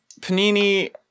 Panini